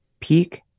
peak